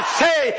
say